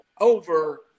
over